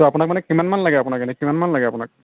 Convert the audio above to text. তো আপোনাক মানে কিমানমান লাগে এনে কিমানমান লাগে আপোনাক